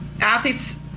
athletes